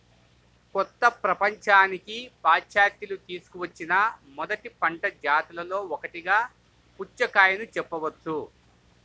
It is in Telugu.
కొత్త ప్రపంచానికి పాశ్చాత్యులు తీసుకువచ్చిన మొదటి పంట జాతులలో ఒకటిగా పుచ్చకాయను చెప్పవచ్చు